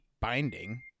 binding